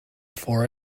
for